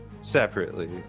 Separately